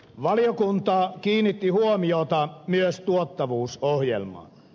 valiokunta kiinnitti huomiota myös tuottavuusohjelmaan